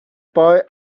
boy